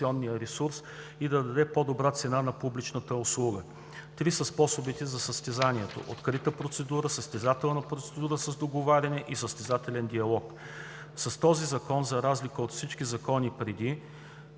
да даде по-добра цена на публичната услуга. Три са способите на състезанието: открита процедура, състезателна процедура с договаряне и състезателен диалог. Този Закон за разлика от всички закони преди